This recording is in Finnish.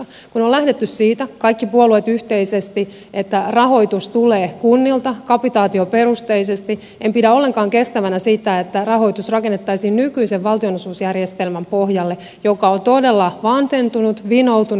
kun on lähdetty siitä kaikki puolueet yhteisesti että rahoitus tulee kunnilta kapitaatioperusteisesti en pidä ollenkaan kestävänä sitä että rahoitus rakennettaisiin nykyisen valtionosuusjärjestelmän pohjalle joka on todella vanhentunut ja vinoutunut